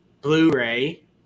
Blu-ray